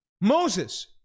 Moses